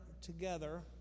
together